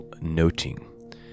noting